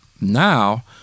Now